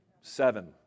seven